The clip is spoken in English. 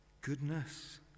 goodness